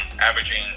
averaging